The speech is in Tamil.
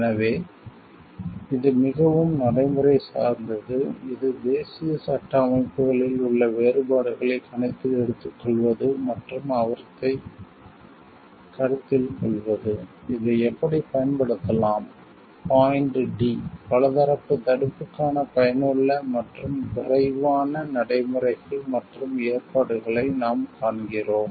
எனவே இது மிகவும் நடைமுறை சார்ந்தது இது தேசிய சட்ட அமைப்புகளில் உள்ள வேறுபாடுகளை கணக்கில் எடுத்துக்கொள்வது மற்றும் அவற்றைக் கருத்தில் கொள்வது இதை எப்படிப் பயன்படுத்தலாம் பாய்ண்ட் d பலதரப்பு தடுப்புக்கான பயனுள்ள மற்றும் விரைவான நடைமுறைகள் மற்றும் ஏற்பாடுகளை நாம் காண்கிறோம்